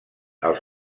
els